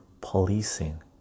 policing